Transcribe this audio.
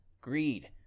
Greed